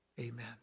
Amen